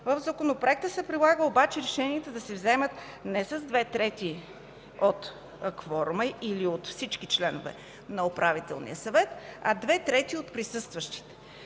в законопроекта се предлага обаче решенията да се вземат не с две трети от кворума или от всички членове на Управителния съвет, а две трети от присъстващите.